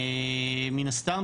מן הסתם,